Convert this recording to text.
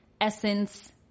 essence